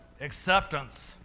acceptance